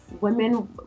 women